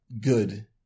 good